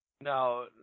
Now